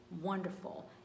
wonderful